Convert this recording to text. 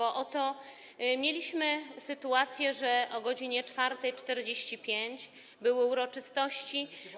Oto mieliśmy sytuację, że o godz. 4.45 były uroczystości.